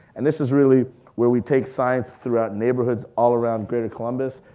and this is really where we take science through our neighborhoods all around greater columbus,